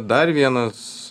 dar vienas